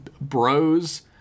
bros